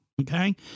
Okay